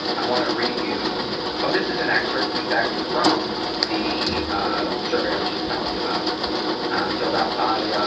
i want to read you oh this is an excerpt in fact from the ah survey that i was just telling you about filled out by ah